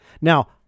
Now